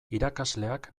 irakasleak